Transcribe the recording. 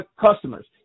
customers